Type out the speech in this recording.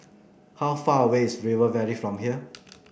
how far away is River Valley from here